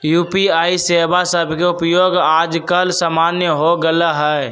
UPI सेवा सभके उपयोग याजकाल सामान्य हो गेल हइ